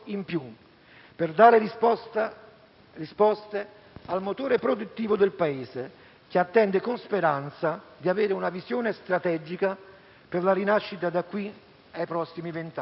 per dare risposte al motore produttivo del Paese, che attende con speranza di avere una visione strategica per la rinascita da qui ai prossimi vent'anni.